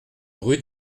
rue